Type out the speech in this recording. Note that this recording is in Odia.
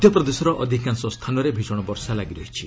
ମଧ୍ୟପ୍ରଦେଶର ଅଧିକାଂଶ ସ୍ଥାନରେ ଭିଷଣ ବର୍ଷା ଲାଗି ରହିଛି